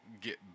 get